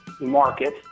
Market